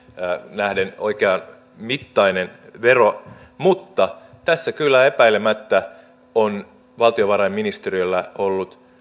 nähden oikeanmittainen vero mutta tässä kyllä epäilemättä on valtiovarainministeriöllä ollut